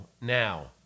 now